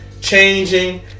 changing